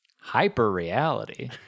Hyper-reality